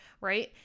right